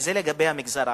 וזה לגבי המגזר הערבי,